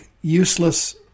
useless